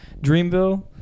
Dreamville